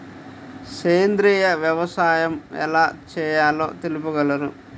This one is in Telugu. సేంద్రీయ వ్యవసాయం ఎలా చేయాలో తెలుపగలరు?